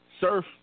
Surf